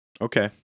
Okay